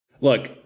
Look